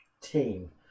team